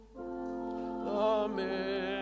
Amen